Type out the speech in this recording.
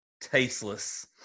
tasteless